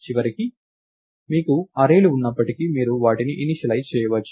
చివరకు మీకు అర్రేలు ఉన్నప్పటికీ మీరు వాటిని ఇనీషలైజ్ చేయవచ్చు